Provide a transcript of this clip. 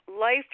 Life